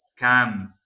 scams